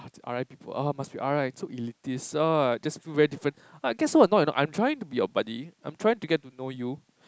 r_i people ah must be r_i so elitist ah just feel very different I get so annoyed you know I'm trying to be your buddy I'm trying to get to know you